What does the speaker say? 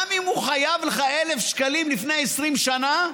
גם אם הוא חייב לך 1,000 שקלים לפני 20 שנה,